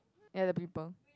ya the people